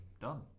done